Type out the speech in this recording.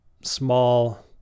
small